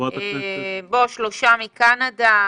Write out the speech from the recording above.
שלושה מקנדה,